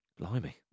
Blimey